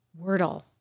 Wordle